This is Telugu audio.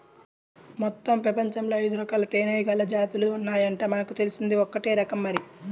మొత్తం పెపంచంలో ఐదురకాల తేనీగల జాతులు ఉన్నాయంట, మనకు తెలిసింది ఒక్కటే రకం మరి